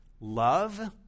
Love